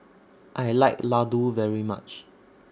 I like Ladoo very much